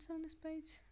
اِنسانَس پَزِ